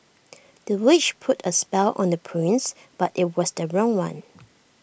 the witch put A spell on the prince but IT was the wrong one